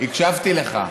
הקשבתי לך.